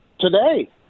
Today